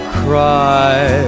cry